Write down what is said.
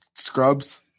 Scrubs